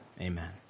amen